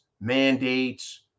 mandates